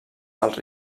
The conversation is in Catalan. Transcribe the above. dels